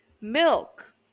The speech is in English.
milk